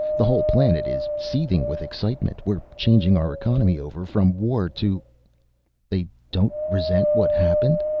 the whole planet is seething with excitement. we're changing our economy over from war to they don't resent what happened?